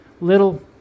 little